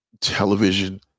television